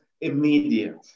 immediate